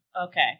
Okay